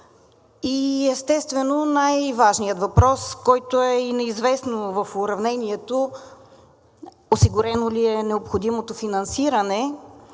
И естествено, най-важният въпрос, който е и неизвестно в уравнението: осигурено ли е необходимото финансиране